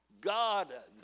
God